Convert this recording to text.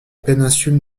péninsule